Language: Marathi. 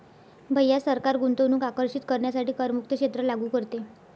भैया सरकार गुंतवणूक आकर्षित करण्यासाठी करमुक्त क्षेत्र लागू करते